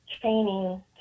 training